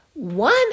One